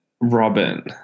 Robin